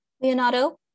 Leonardo